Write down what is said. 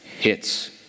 hits